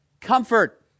comfort